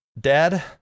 Dad